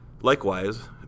likewise